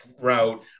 route